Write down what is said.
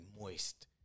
moist